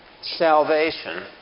salvation